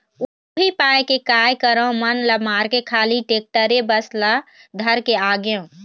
उही पाय के काय करँव मन ल मारके खाली टेक्टरे बस ल धर के आगेंव